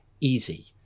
easy